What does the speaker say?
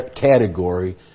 category